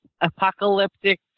Apocalyptic